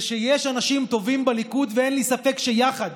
ושיש אנשים טובים בליכוד ואין לי ספק שיחד